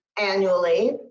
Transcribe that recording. annually